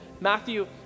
Matthew